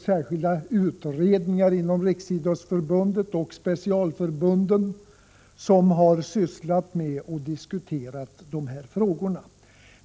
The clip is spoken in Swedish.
Särskilda utredningar inom Riksidrottsförbundet och specialförbunden har diskuterat de här frågorna.